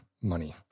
money